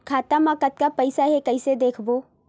खाता मा कतका पईसा हे कइसे देखबो?